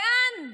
לאן,